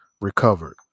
recovered